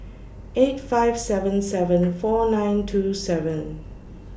eight five seven seven four nine two seven